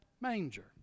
manger